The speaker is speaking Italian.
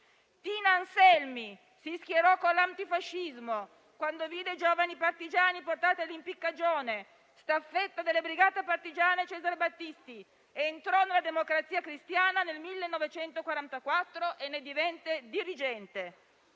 Tina Anselmi si schierò con l'antifascismo quando vide giovani partigiani portati all'impiccagione. Staffetta delle Brigate partigiane, Cesare Battisti entrò nella Democrazia Cristiana nel 1944 e ne divenne dirigente.